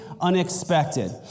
unexpected